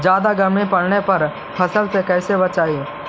जादा गर्मी पड़े पर फसल के कैसे बचाई?